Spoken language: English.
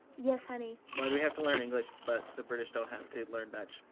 yes, honey? why do we have to learn english, but the british don't have to learn dutch?